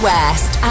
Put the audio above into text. West